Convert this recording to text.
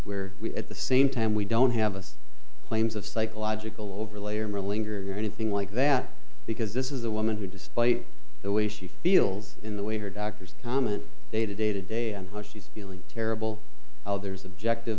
where we are at the same time we don't have a claims of psychological overlay or milling or anything like that because this is a woman who despite the way she feels in the way her doctors common day to day to day on how she's feeling terrible there's objective